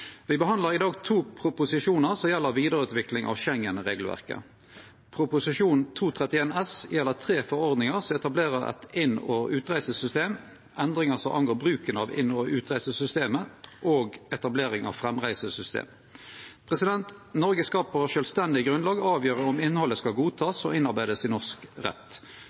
behandlar i dag to proposisjonar som gjeld vidareutvikling av Schengen-regelverket. Proposisjon 231 S gjeld tre forordningar som etablerer eit inn- og utreisesystem, endringar som angår bruken av inn- og utreisesystemet, og etablering av framreisesystemet. Noreg skal på sjølvstendig grunnlag avgjere om innhaldet skal godtakast og innarbeidast i norsk rett.